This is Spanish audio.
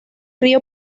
río